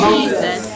Jesus